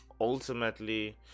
ultimately